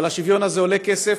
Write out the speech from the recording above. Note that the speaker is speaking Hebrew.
אבל השוויון עולה כסף.